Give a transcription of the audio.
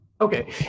Okay